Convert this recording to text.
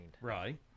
Right